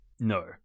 No